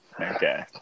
Okay